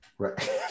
Right